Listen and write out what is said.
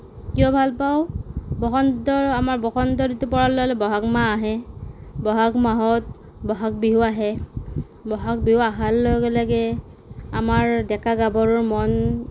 কিয় ভাল পাওঁ বসন্ত আমাৰ বসন্ত ঋতু পৰাৰ লগে লগে বহাগ মাহ আহে বহাগ মাহত বহাগ বিহু আহে বহাগ বিহু অহাৰ লগে লগে আমাৰ ডেকা গাভৰুৰ মন